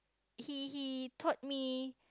he he taught me